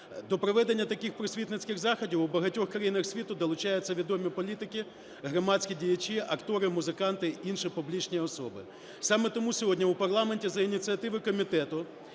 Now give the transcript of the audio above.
До проведення таких просвітницьких заходів у багатьох країнах світу долучаються відомі політики, громадські діячі, актори, музиканти інші публічні особи. Саме тому сьогодні у парламенті за ініціативи Комітету